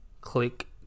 click